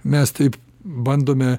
mes taip bandome